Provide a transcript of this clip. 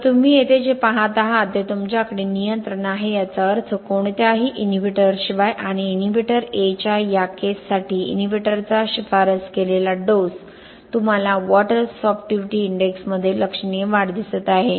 तर तुम्ही येथे जे पहात आहात ते तुमच्याकडे नियंत्रण आहे याचा अर्थ कोणत्याही इनहिबिटरशिवाय आणि इनहिबिटर ए च्या या केससाठी इनहिबिटरचा शिफारस केलेला डोस तुम्हाला वॉटर सॉर्प्टिव्हिटी इंडेक्समध्ये लक्षणीय वाढ दिसत आहे